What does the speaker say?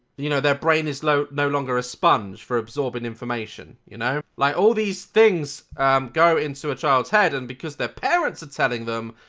you know, their brain is no longer a sponge for absorbing information. you know? like all these things go into a child's head and because their parents are telling them.